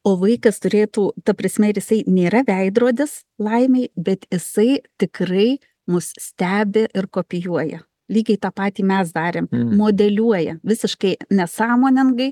o vaikas turėtų ta prasme ir jisai nėra veidrodis laimei bet jisai tikrai mus stebi ir kopijuoja lygiai tą patį mes darėm modeliuoja visiškai nesąmoningai